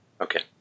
Okay